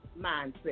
mindset